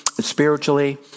spiritually